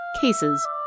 cases